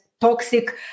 toxic